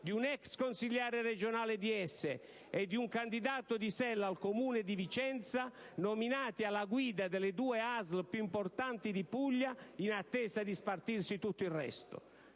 con un ex consigliere regionale DS e un candidato di SEL al Comune di Vicenza nominati alla guida delle due ASL più importanti di Puglia, in attesa di spartirsi tutto il resto.